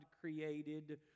created